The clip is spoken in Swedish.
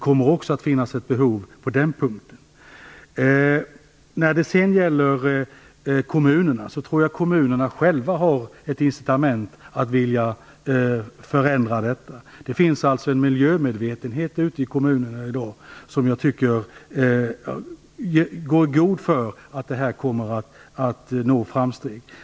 När det sedan gäller kommunerna tror jag att de själva har ett incitament för att förändra detta. Det finns alltså en miljömedvetenhet ute i kommunerna i dag som jag tycker borgar för framsteg.